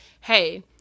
Hey